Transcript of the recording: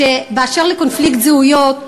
אשר לקונפליקט זהויות,